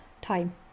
time